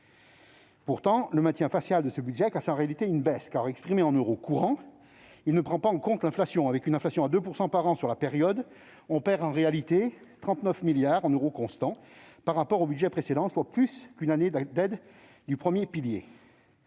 Pourtant, le maintien facial de ce budget cache en réalité une baisse, car, exprimé en euros courants, il ne prend pas en compte l'inflation. Si celle-ci atteint 2 % par an sur la période, on perdrait en réalité 39 milliards, en euros constants, par rapport au budget précédent, soit plus d'une année d'aides du premier pilier.